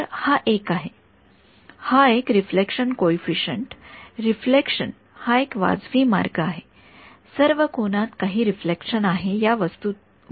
तर हा एक आहे हा एक रिफ्लेक्शन कॉइफिसिएंट रिफ्लेक्शन हा एक वाजवी मार्ग आहे सर्व कोनात काही रिफ्लेक्शन आहे या वस्तुस्थितीकडे पाहण्याचा